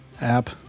app